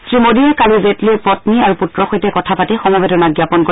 শ্ৰীমোডীয়ে কালি জেটলিৰ পন্নী আৰু পূত্ৰৰ সৈতে কথা পাতি সমবেদনা জ্ঞাপন কৰে